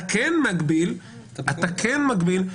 אתה כן מגביל את